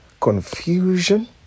confusion